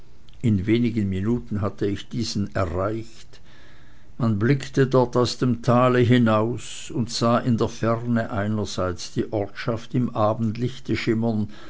in wenigen minuten hatte ich diesen erreicht man blickte dort aus dem tale hinaus und sah in der ferne einerseits die ortschaft im abendlichte schimmern